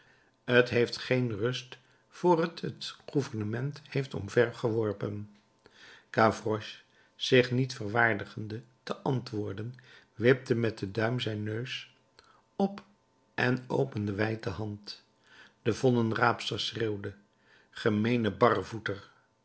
t heeft geen rust vr het t gouvernement heeft omvergeworpen gavroche zich niet verwaardigende te antwoorden wipte met den duim zijn neus op en opende wijd de hand de voddenraapster schreeuwde gemeene